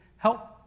Help